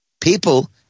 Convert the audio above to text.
people